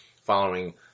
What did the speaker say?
following